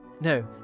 No